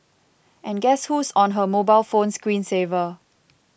and guess who's on her mobile phone screen saver